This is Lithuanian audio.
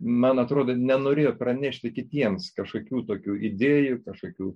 man atrodo nenorėjo pranešti kitiems kažkokių tokių idėjų kažkokių